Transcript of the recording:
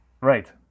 Right